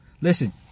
Listen